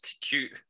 Cute